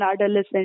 adolescent